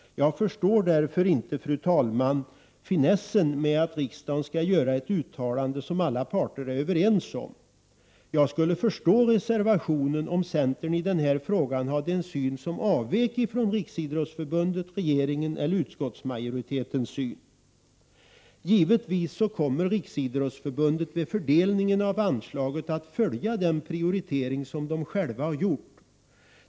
Jag förstår därför inte, fru talman, finessen med att riksdagen skall göra ett uttalande som alla parter är överens om. Jag skulle förstå reservationen om centern i den här frågan hade en syn som avvek från Riksidrottsförbundets, regeringens eller utskottsmajoritetens. Givetvis kommer Riksidrottsförbundet vid fördelningen av anslaget att följa den prioritering som det självt gjort.